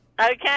okay